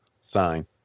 sign